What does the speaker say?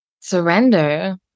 surrender